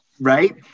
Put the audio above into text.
right